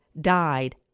died